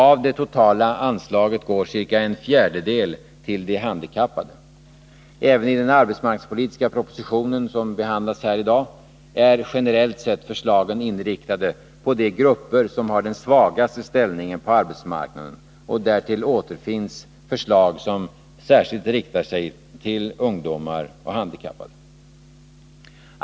Av det totala anslaget går ca en fjärdedel till de handikappade. Även i den arbetsmarknadspolitiska propositionen, som behandlas här i dag, är generellt sett förslagen inriktade på de grupper som har den svagaste ställningen på arbetsmarknaden, och därtill återfinns förslag som särskilt riktar sig till ungdomar och handikappade.